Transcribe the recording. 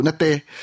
nate